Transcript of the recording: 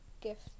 gift